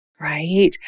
Right